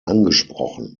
angesprochen